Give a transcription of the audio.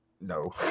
no